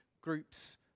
groups